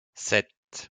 sept